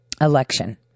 election